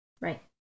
Right